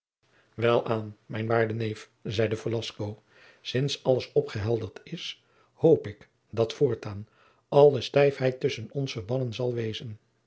welaan mijn waarde neef zeide velasco sints alles opgehelderd is hoop ik dat voortaan alle stijfheid tusschen ons verbannen zal wezen